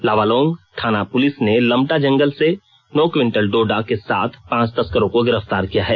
लावालौंग थाना पुलिस ने लमटा जंगल से नौ क्विंटल डोडा अफीम के साथ पांच तस्करों को गिरफ्तार किया है